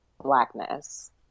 blackness